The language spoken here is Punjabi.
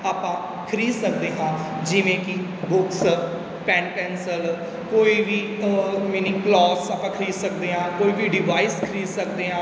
ਆਪਾਂ ਖਰੀਦ ਸਕਦੇ ਹਾਂ ਜਿਵੇਂ ਕਿ ਬੁੱਕਸ ਪੈਨ ਪੈਨਸਲ ਕੋਈ ਵੀ ਹੋਰ ਮੀਨਿੰਗ ਕਲੋਥਸ ਆਪਾਂ ਖਰੀਦ ਸਕਦੇ ਹਾਂ ਕੋਈ ਵੀ ਡਿਵਾਈਸ ਖਰੀਦ ਸਕਦੇ ਹਾਂ